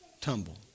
tumble